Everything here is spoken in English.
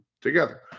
together